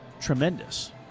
tremendous